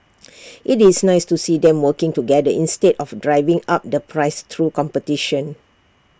IT is nice to see them working together instead of driving up the price through competition